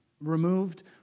removed